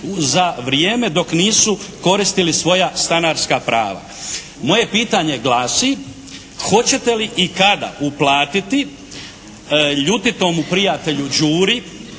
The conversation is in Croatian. za vrijeme dok nisu koristili svoja stanarska prava. Moje pitanje glasi, hoćete li i kada uplatiti ljutitom prijatelju Đuri